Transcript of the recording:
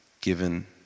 given